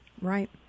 right